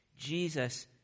Jesus